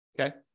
Okay